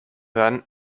hören